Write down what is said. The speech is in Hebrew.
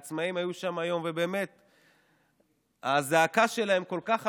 העצמאים היו שם היום, והזעקה שלהם כל כך אמיתית,